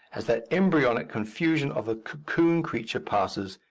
as the embryonic confusion of the cocoon creature passes,